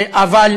אבל,